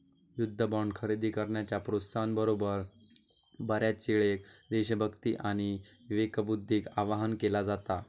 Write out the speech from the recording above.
युद्ध बॉण्ड खरेदी करण्याच्या प्रोत्साहना बरोबर, बऱ्याचयेळेक देशभक्ती आणि विवेकबुद्धीक आवाहन केला जाता